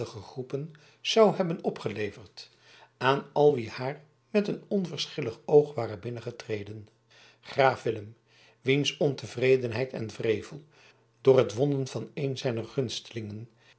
zou hebben opgeleverd aan al wie haar met een onverschillig oog ware binnengetreden graaf willem wiens ontevredenheid en wrevel door het wonden van een zijner